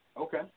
Okay